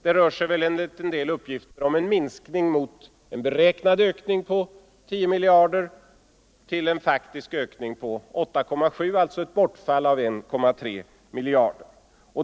Det rör sig enligt en del uppgifter om en minskning av en beräknad ökning på 10 miljarder mot en faktisk ökning på 8,7, alltså ett bortfall av 1,3 miljarder.